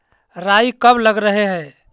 राई कब लग रहे है?